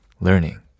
learning